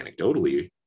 anecdotally